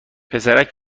پسرک